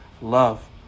Love